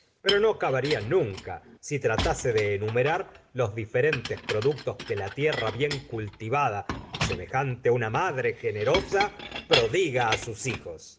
pero no acabaría nunca si tratase de enumerar los diferentes productos que la tierra bien cultivada semejante una madre generosa prodiga sus hijos